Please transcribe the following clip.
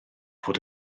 fod